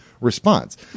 response